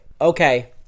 Okay